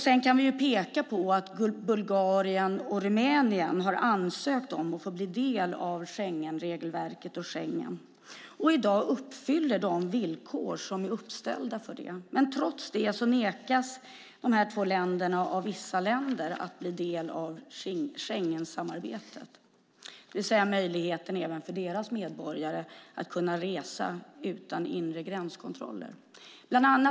Sedan kan vi peka på att Bulgarien och Rumänien ansökt om att få bli del av Schengen och dess regelverk. De uppfyller i dag de villkor som är uppställda. Trots det nekas de av vissa länder att bli en del av Schengensamarbetet, det vill säga deras medborgare nekas möjligheten att resa utan inre gränskontroller.